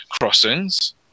crossings